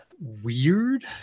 weird